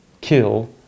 kill